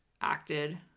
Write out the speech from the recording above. acted